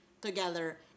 together